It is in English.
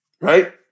Right